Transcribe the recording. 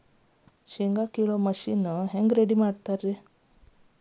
ಶೇಂಗಾ ಕೇಳುವ ಮಿಷನ್ ಹೆಂಗ್ ರೆಡಿ ಮಾಡತಾರ ರಿ?